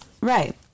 right